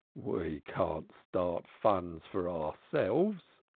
we can't start funds for ourselves.